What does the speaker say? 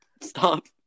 Stop